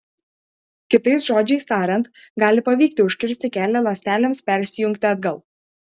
kitais žodžiais tariant gali pavykti užkirsti kelią ląstelėms persijungti atgal